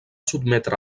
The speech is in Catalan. sotmetre